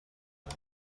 کنی